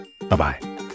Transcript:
Bye-bye